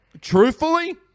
truthfully